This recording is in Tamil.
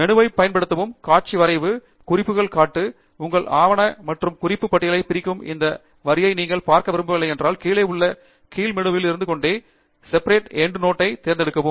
மெனுவைப் பயன்படுத்தவும் காட்சி வரைவு குறிப்புகள் காட்டு உங்கள் ஆவணம் மற்றும் குறிப்புகள் பட்டியலை பிரிக்கும் அந்த வரியை நீங்கள் பார்க்க விரும்பவில்லை என்றால் கீழே உள்ள கீழ் மெனுவில் இருந்து எண்டுநோட் செப்பரேட்டர் ஐ தேர்ந்தெடுக்கவும்